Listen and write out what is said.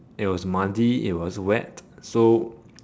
it was muddy it was wet so